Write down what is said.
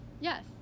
Yes